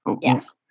Yes